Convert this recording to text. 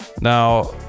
Now